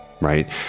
right